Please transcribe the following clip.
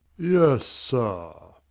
yes, sir.